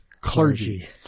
clergy